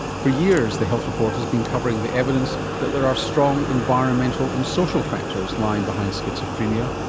for years the health report has been covering the evidence that there are strong environmental and social factors lying behind schizophrenia,